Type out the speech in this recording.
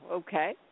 okay